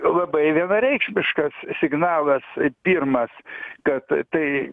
labai vienareikšmiškas signalas pirmas kad tai